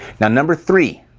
now number three,